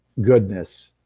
goodness